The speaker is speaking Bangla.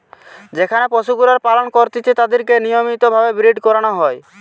যেখানে পশুগুলার পালন করতিছে তাদিরকে নিয়মিত ভাবে ব্রীড করানো হয়